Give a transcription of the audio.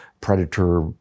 predator